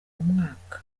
umwaka